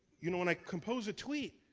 you know, when i compose a tweet,